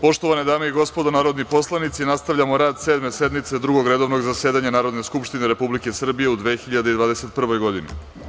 Poštovane dame i gospodo narodni poslanici, nastavljamo rad Sedme sednice Drugog redovnog zasedanja Narodne skupštine Republike Srbije u 2021. godini.